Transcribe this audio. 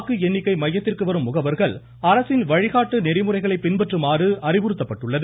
வாக்கு எண்ணிக்கை மையத்திற்கு வரும் முகவா்கள் அரசின் வழிகாட்டு முறைகளை பின்பற்றுமாறு அறிவுறுத்தப்பட்டுள்ளது